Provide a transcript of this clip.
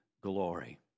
glory